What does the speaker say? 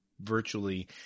virtually